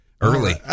early